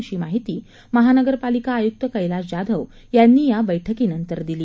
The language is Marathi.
अशी माहिती महानगरपालिका आयुक्त कैलास जाधव यांनी या बैठकीनंतर दिली